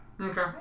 Okay